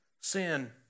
sin